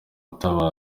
utabara